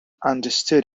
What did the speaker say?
understood